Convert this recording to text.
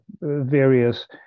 various